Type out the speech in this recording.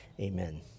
amen